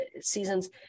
seasons